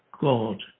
God